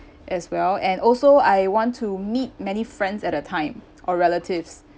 as well and also I want to meet many friends at that time or relatives